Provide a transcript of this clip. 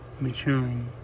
maturing